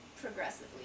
progressively